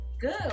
Good